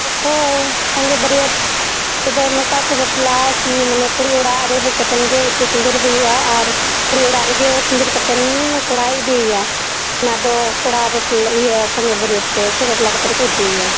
ᱦᱳᱭ ᱥᱟᱸᱜᱮ ᱵᱟᱹᱨᱭᱟᱹᱛ ᱠᱚᱫᱚ ᱱᱚᱝᱠᱟ ᱠᱚ ᱵᱟᱯᱞᱟᱜᱼᱟ ᱠᱤ ᱢᱟᱱᱮ ᱠᱩᱲᱤ ᱚᱲᱟᱜ ᱨᱮ ᱦᱮᱡ ᱠᱟᱛᱮᱱᱜᱮ ᱤᱛᱩᱫ ᱥᱤᱫᱩᱨ ᱦᱩᱭᱩᱜᱼᱟ ᱟᱨ ᱠᱩᱲᱤ ᱚᱲᱟᱜ ᱨᱮᱜᱮ ᱥᱤᱫᱩᱨ ᱠᱟᱛᱮᱱ ᱠᱚᱲᱟᱭ ᱤᱫᱤᱭᱮᱭᱟ ᱚᱱᱟ ᱫᱚ ᱠᱚᱲᱟ ᱵᱟᱯᱞᱟ ᱤᱭᱟᱹ ᱥᱟᱸᱜᱮ ᱵᱟᱹᱨᱭᱟᱹᱛ ᱛᱮᱠᱚ ᱵᱟᱯᱞᱟ ᱠᱟᱛᱮ ᱠᱚ ᱤᱫᱤᱭᱮᱭᱟ